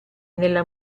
nella